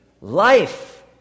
life